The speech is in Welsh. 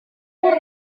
diolch